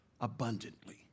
abundantly